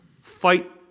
Fight